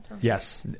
Yes